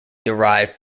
derived